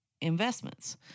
Investments